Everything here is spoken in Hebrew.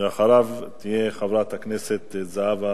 ואחריו, חברת הכנסת זהבה גלאון.